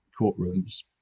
courtrooms